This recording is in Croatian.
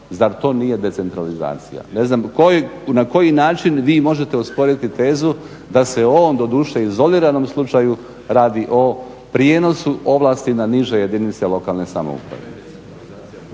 Zar to nije decentralizacija? Ne znam na koji način vi možete osporiti tezu da se ovom doduše izoliranom slučaju radi o prijenosu ovlasti na niže jedinice lokalne samouprave.